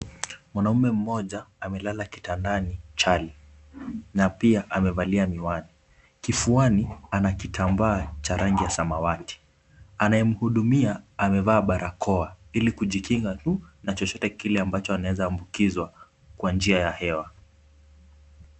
Mwanaume mmoja amelala kitandani chali na pia amevalia miwani. Kifuani ana kitamba cha rangi ya samawati. Anayemhudumia amevaa barakoa ili kujikinga tu na chochote kile ambacho anaweza ambukizwa kwa njia ya hewa.